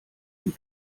den